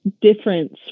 difference